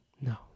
No